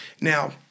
Now